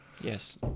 Yes